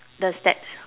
the steps